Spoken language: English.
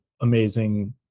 amazing